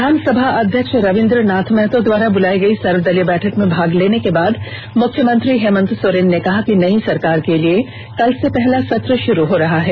विधानसभा अध्यक्ष रविन्द्र नाथ महतो द्वारा बुलाई गई सर्वदलीय बैठक में भाग लेने के बाद मुख्यमंत्री हेमंत सोरेन ने कहा कि नई सरकार के लिए कल से पहला सत्र शुरू हो रहा है